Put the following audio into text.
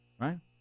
right